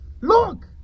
Look